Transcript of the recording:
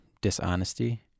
dishonesty